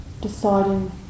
deciding